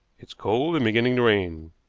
it's cold, and beginning to rain.